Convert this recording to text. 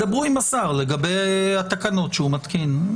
תדברו עם השר לגבי התקנות שהוא מתקין.